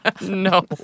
No